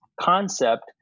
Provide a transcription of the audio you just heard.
concept